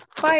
Bye